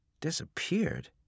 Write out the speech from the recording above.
Disappeared